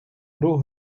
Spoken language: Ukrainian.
гру